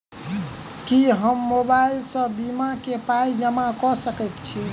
की हम मोबाइल सअ बीमा केँ पाई जमा कऽ सकैत छी?